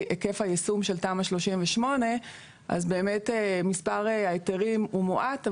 היקף היישום של תמ"א 38. אז באמת מספר ההיתרים הוא מועט.